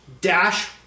dash